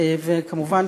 וכמובן,